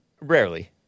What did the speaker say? rarely